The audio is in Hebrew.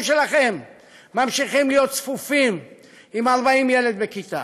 שלכם ממשיכות להיות צפופות עם 40 ילד בכיתה.